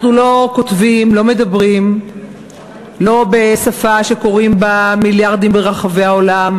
אנחנו לא כותבים ולא מדברים בשפה שקוראים בה מיליארדים ברחבי העולם,